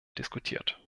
diskutiert